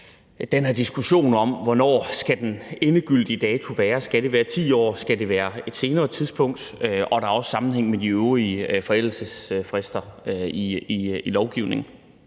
den her diskussion om, hvornår den endegyldige dato skal være – skal det være 10 år, skal det være på et senere tidspunkt, og er der sammenhæng med de øvrige forældelsesfrister i lovgivningen?